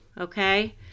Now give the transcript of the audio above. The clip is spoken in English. Okay